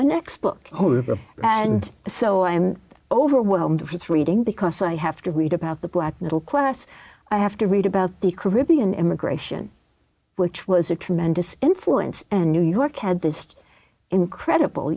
the next book and so i'm overwhelmed with reading because i have to read about the black middle class i have to read about the caribbean immigration which was a tremendous influence and new york had this incredible